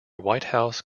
whitehouse